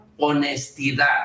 Honestidad